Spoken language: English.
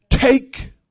Take